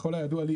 ככל הידוע לי,